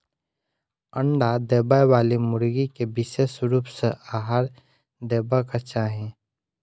अंडा देबयबाली मुर्गी के विशेष रूप सॅ आहार देबाक चाही